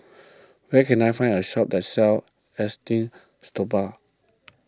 where can I find a shop that sells Esteem Stoma